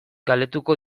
galdetuko